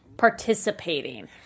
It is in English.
Participating